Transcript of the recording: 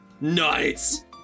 Nice